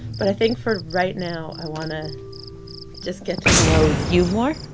but i think for right now, i want to just get to know you more,